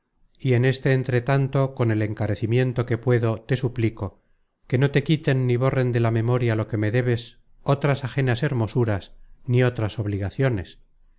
y en este entretanto con el encarecimiento que puedo te suplico que no te quiten ni borren de la memoria lo que me debes otras ajenas hermosuras ni otras obligaciones